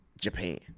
Japan